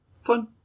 Fun